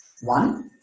one